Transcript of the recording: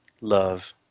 love